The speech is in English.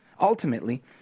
Ultimately